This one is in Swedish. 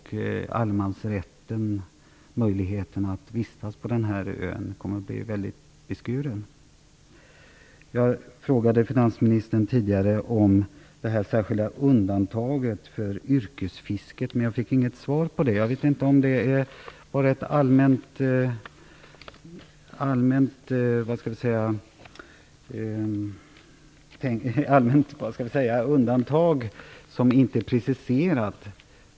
Kommer möjligheten att vistas på den här ön att bli väldigt beskuren? Jag frågade finansministern tidigare om det särskilda undantaget för yrkesfisket, men jag fick inget svar. Jag vet inte om det bara är ett allmänt undantag som inte är preciserat.